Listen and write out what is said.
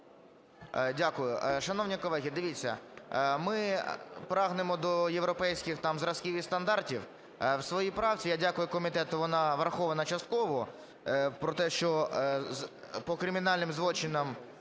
Дякую. Шановні колеги, дивіться ми, прагнемо до європейських там зразків і стандартів. У своїй правці, я дякую комітету, вона врахована частково, про те, що по кримінальних злочинах